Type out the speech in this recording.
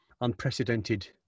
unprecedented